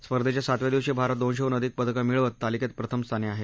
स्पर्धेच्या सातव्या दिवशी भारत दोनशेहून अधिक पदकं मिळवत तालिकेत प्रथम स्थानी आहे